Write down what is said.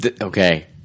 Okay